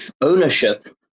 ownership